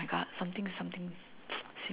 my god something is something